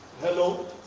Hello